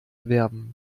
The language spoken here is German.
werben